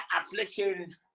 affliction